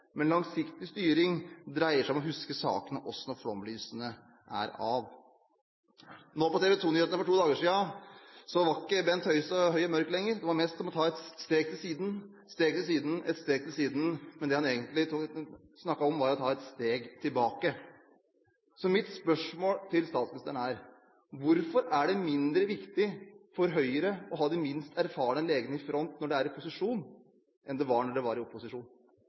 men langsiktig styring dreier seg om å huske sakene også når flomlysene er av På TV 2-nyhetene for to dager siden var ikke Bent Høie så høy og mørk lenger. Det var mest om «å ta et steg til siden», men det han egentlig snakket om, var å ta et steg tilbake. Så mitt spørsmål til statsministeren er: Hvorfor er det mindre viktig for Høyre å ha de mest erfarne legene i front når de er i posisjon enn det var når de var i opposisjon?